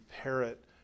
parrot